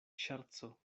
ŝerco